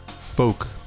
Folk